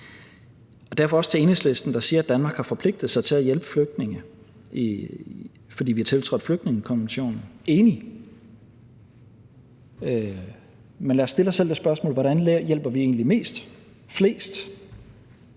jeg også sige til Enhedslisten, der siger, at Danmark har forpligtet sig til at hjælpe flygtninge, fordi vi har tiltrådt flygtningekonventionen: Jeg er enig. Men lad os stille os selv det spørgsmål: Hvordan hjælper vi egentlig mest –